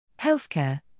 Healthcare